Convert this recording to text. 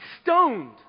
stoned